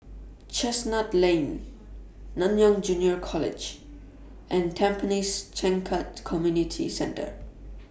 Chestnut Lane Nanyang Junior College and Tampines Changkat Community Centre